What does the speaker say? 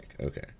Okay